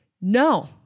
no